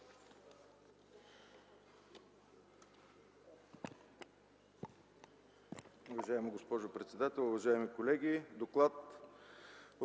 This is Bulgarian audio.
Уважаема госпожо председател, уважаеми колеги! „ДОКЛАД